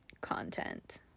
content